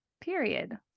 period